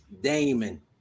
Damon